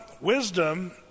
Wisdom